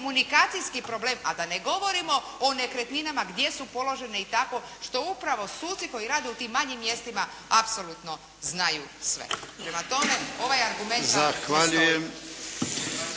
komunikacijski problem, a da ne govorimo o nekretninama gdje su položene i tako, što upravo suci koji rade u tim manjim mjestima apsolutno znaju sve. Prema tome ovaj argument